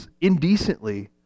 indecently